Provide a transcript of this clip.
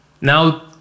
Now